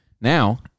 Now